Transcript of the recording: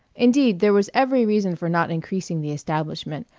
indeed, there was every reason for not increasing the establishment,